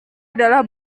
adalah